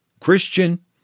Christian